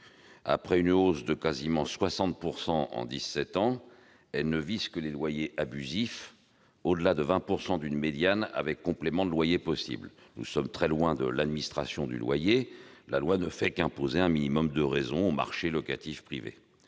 après une hausse de quasiment 60 % en dix-sept ans, elle ne vise que les loyers abusifs au-delà de 20 % d'une médiane avec complément de loyer possible. Nous sommes très loin de l'administration du loyer, la loi ne fait qu'imposer un minimum de raison au marché locatif privé.